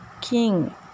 King